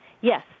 Yes